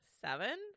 Seven